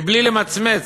מבלי למצמץ,